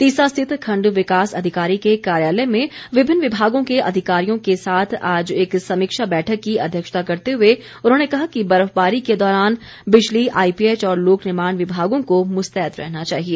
तीसा स्थित खण्ड विकास अधिकारी के कार्यालय में विभिन्न विभागों के अधिकारियों के साथ आज एक समीक्षा बैठक की अध्यक्षता करते हुए उन्होंने कहा कि बर्फबारी के दौरान बिजली आईपीएच और लोकनिर्माण विभागों को मुस्तैद रहना चाहिए